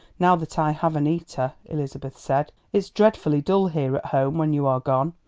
now that i have annita, elizabeth said. it's dreadfully dull here at home when you are gone.